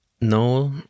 No